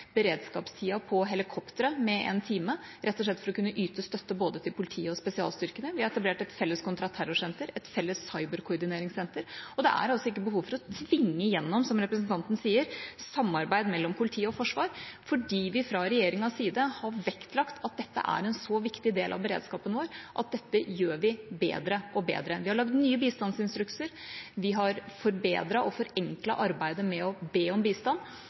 beredskapstida for helikoptre med én time, rett og slett for å kunne yte støtte både til politiet og til spesialstyrkene. Vi har etablert et felles kontraterrorsenter, et felles cyberkoordineringssenter. Det er ikke behov for å tvinge igjennom – som representanten sier – samarbeid mellom politi og forsvar, fordi vi fra regjeringas side har vektlagt at dette er en så viktig del av beredskapen vår at dette gjør vi bedre og bedre. Vi har lagd nye bistandsinstrukser. Vi har forbedret og forenklet arbeidet med å be om bistand.